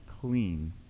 clean